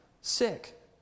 sick